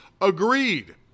agreed